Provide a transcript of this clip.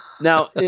Now